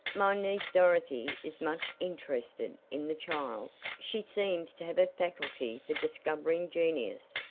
my niece dorothy is much interested in the child she seems to have a faculty for discovering genius,